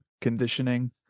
conditioning